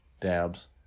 dabs